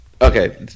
Okay